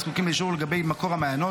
הזקוקים לאישור לגבי מקור המעיינות,